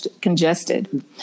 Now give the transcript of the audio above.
congested